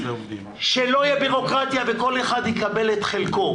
שלא תהיה בירוקרטיה וכל אחד יקבל את חלקו,